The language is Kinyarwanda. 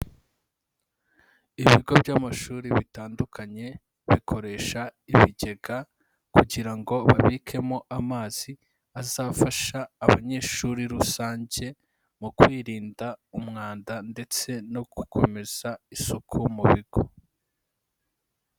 Ibigo by'amashuri bitandukanye bikoresha ibigega kugira ngo babikemo amazi azafasha abanyeshuri rusange mu kwirinda umwanda ndetse no gukomeza isuku mu bigo.